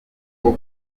rwo